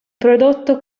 prodotto